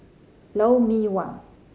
Lou Mee Wah